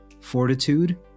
fortitude